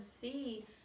see